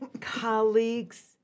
colleagues